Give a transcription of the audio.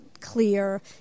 clear